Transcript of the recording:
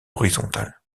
horizontal